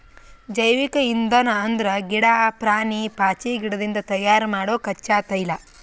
ಜೈವಿಕ್ ಇಂಧನ್ ಅಂದ್ರ ಗಿಡಾ, ಪ್ರಾಣಿ, ಪಾಚಿಗಿಡದಿಂದ್ ತಯಾರ್ ಮಾಡೊ ಕಚ್ಚಾ ತೈಲ